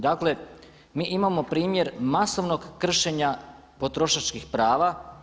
Dakle, mi imamo primjer masovnog kršenja potrošačkih prava.